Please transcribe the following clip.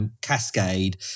cascade